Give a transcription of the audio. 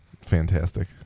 fantastic